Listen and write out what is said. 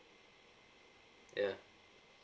ya